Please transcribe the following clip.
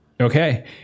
okay